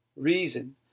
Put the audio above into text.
Reason